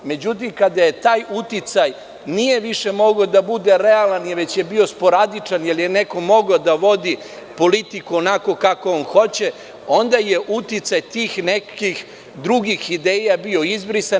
Međutim, kada taj uticaj nije više mogao da bude realan već je bio sporadičan jer je neko mogao da vodi politiku onako kako on hoće, onda je uticaj tih nekih drugih ideja bio izbrisan.